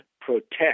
protect